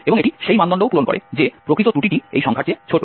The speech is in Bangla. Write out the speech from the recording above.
এবং এটি সেই মানদণ্ডও পূরণ করে যে প্রকৃত ত্রুটিটি এই সংখ্যার চেয়ে ছোট